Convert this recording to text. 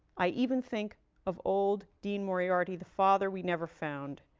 i even think of old dean moriarty, the father we never found.